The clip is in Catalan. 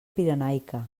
pirenaica